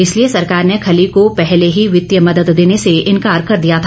इसलिए सरकार ने खली को पहले ही वित्तीय मदद देने से इनकार कर दिया था